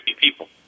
people